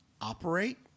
operate